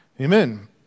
Amen